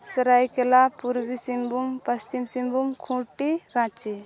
Seraikela Purbi Singhbhum Paschim Singhbhum Khunti Ranchi